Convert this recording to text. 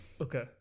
Okay